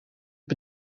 het